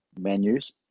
menus